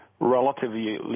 Relatively